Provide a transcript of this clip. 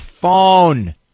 phone